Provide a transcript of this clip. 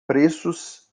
preços